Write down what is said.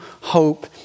hope